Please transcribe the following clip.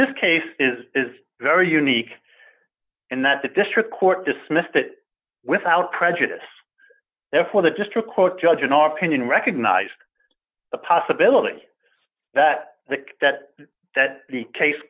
this case is very unique in that the district court dismissed it without prejudice therefore the district court judge in our opinion recognized the possibility that the that that the case